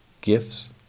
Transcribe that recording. gifts